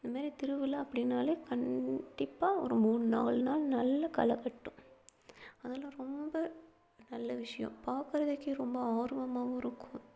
இந்த மாரி திருவிழா அப்படின்னாலே கண்டிப்பாக ஒரு மூணு நாலு நாள் நல்ல களை கட்டும் அதெலாம் ரொம்ப நல்ல விஷயம் பார்க்கறதுக்கே ரொம்ப ஆர்வமாகவும் இருக்கும்